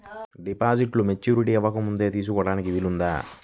డిపాజిట్ను మెచ్యూరిటీ అవ్వకముందే తీసుకోటానికి వీలుందా?